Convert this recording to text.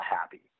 happy